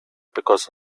because